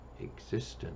existence